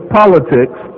politics